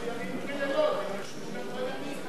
עשו ימים כלילות, הם ישנו גם בימים.